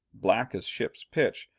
black as ship's pitch,